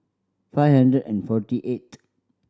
five hundred and forty eighth